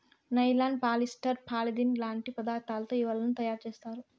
nylon, polyester, polyethylene లాంటి పదార్థాలతో ఈ వలలను తయారుచేత్తారు